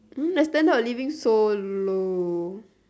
mm the standard of living so low